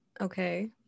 Okay